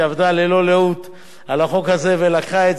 שעבדה ללא לאות על החוק הזה ולקחה את